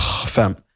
fam